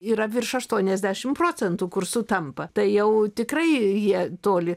yra virš aštuoniasdešim procentų kur sutampa tai jau tikrai jie toli